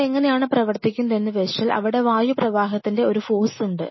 അതെങ്ങനെയാണ് പ്രവർത്തിക്കുന്നതെന്ന് വെച്ചാൽ അവിടെ വായു പ്രവാഹത്തിന്റെ ഒരു ഫോഴ്സ് ഉണ്ട്